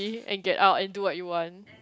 and get out and do what you want